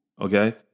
okay